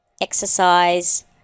exercise